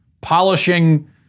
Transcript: polishing